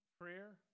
Prayer